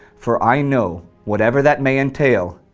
for i know, whatever that may entail,